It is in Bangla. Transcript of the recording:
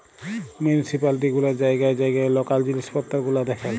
মিউলিসিপালিটি গুলা জাইগায় জাইগায় লকাল জিলিস পত্তর গুলা দ্যাখেল